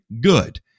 good